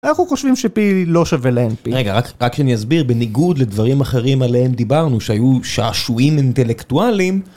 אנחנו חושבים ש-p לא שווה ל-np. רגע, רק שאני אסביר, בניגוד לדברים אחרים עליהם דיברנו שהיו שעשועים אינטלקטואלים